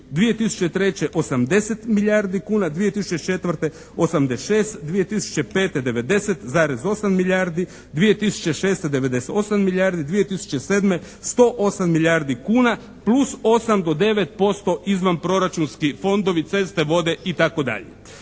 2003. 80 milijardi kuna, 2004. 86, 2005. 90,8 milijardi, 2006. 98 milijardi, 2007. 108 milijardi kuna plus 8 do 9% izvan proračunskih fondovi, ceste, vode itd.